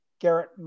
Garrett